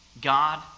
God